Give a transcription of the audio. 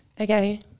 Okay